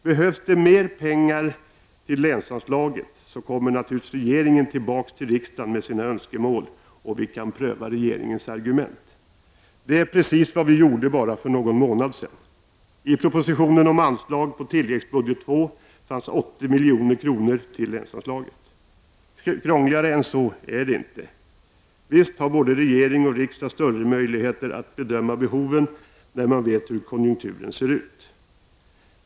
Behövs det mer pengar till länsanslaget kommer narturligvis regeringen tillbaka till riksdagen med sina önskemål och vi kan pröva regeringens argument. Det är precis vad vi gjorde bara för någon månad sedan. I propositionen om anslag på tilläggsbudget II fanns 80 milj.kr. till länsanslaget. Krångligare än så är det inte. Visst har både regering och riksdag större möjligheter att bedöma behoven när man vet hur konjunkturen ser ut.